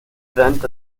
vent